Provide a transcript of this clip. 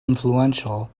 influential